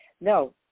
No